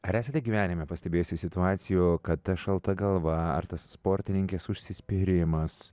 ar esate gyvenime pastebėjusi situacijų kad ta šalta galva ar tas sportininkės užsispyrimas